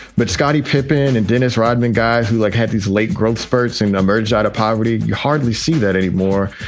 but scottie pippen and dennis rodman, guys who like have these late growth spurt seem to emerge out of poverty. you hardly see that anymore.